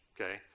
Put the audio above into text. Okay